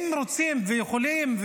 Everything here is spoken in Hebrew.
אם רוצים ויכולים,